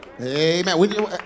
Amen